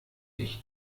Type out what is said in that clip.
ich